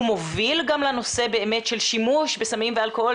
הוא מוביל גם לנושא של שימוש בסמים ואלכוהול.